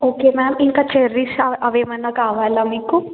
okay ma'am ఇంకా cherries అవేమన్నా కావాలా మీకు